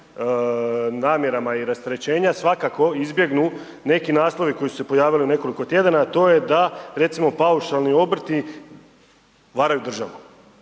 namjerama i rasterećenja svakako izbjegnu neki naslovi koji su se pojavili u nekoliko tjedana, a to je da recimo paušalni obrti varaju državu